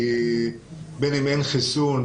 בין אם אין חיסון,